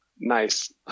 nice